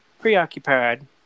preoccupied